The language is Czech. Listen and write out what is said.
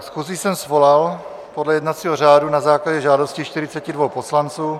Schůzi jsem svolal podle jednací řádu na základě žádosti 42 poslanců.